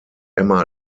emma